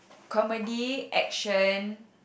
comedy action